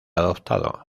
adoptado